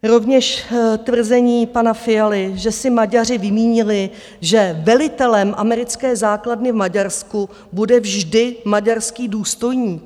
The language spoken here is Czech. Rovněž tvrzení pana Fialy, že si Maďaři vymínili, že velitelem americké základny v Maďarsku bude vždy maďarský důstojník.